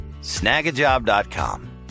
Snagajob.com